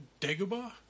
Dagobah